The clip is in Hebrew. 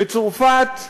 בצרפת,